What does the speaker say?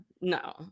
no